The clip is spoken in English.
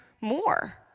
more